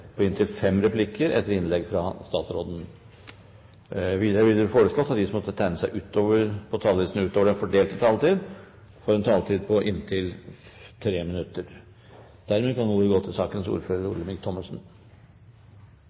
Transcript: på inntil fem replikker med svar etter innlegget fra statsråden innenfor den fordelte taletid. Videre blir det foreslått at de som måtte tegne seg på talerlisten utover den fordelte taletid, får en taletid på inntil 3 minutter.